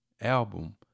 album